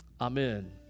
Amen